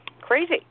crazy